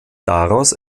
daraus